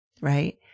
Right